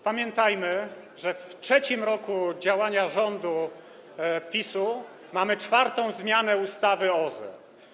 Pamiętajmy, że w trzecim roku działania rządów PiS-u mamy już czwartą zmianę ustawy OZE.